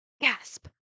gasp